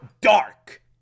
dark